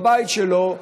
בבית שלו,